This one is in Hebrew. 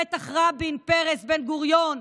בטח רבין, פרס, בן-גוריון,